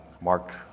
Mark